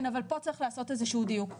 כן, אבל פה צריך לעשות איזה שהוא דיוק.